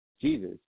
Jesus